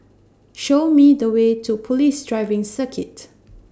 Show Me The Way to Police Driving Circuit